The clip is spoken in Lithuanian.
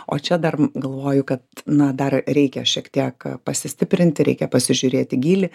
o čia dar galvoju kad na dar reikia šiek tiek pasistiprinti reikia pasižiūrėti gylį